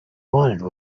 wanted